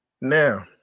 Now